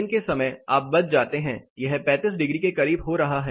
दिन के समय आप बच जाते हैं यह 35 डिग्री के करीब हो रहा है